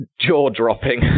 jaw-dropping